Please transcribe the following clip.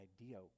idea